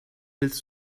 willst